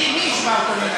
מי השווה אותו לנאצי?